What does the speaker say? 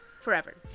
forever